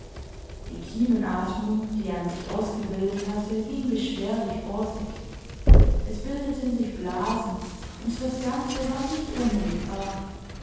die kiemenatmung die er an sich ausgebildet hatte ging beschwerlich vor sich es bildeten sich blasen und das ganze war nicht ohne gefahr